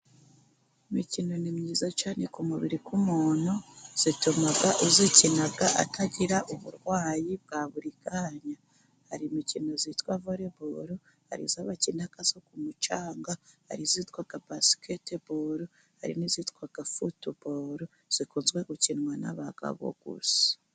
Imikino ni myiza cyane ku mubiri w'umuntu, ituma uyikina atagira uburwayi bwa buri kanya, hari imikino yitwa voreboro, hari iyobakina yo ku mucanga, hari iyitwa basiketiboro, hari n'iyitwa futuboro, ikunze gukinwa n'abagabo gusa.